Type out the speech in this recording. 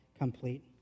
complete